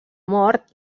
mort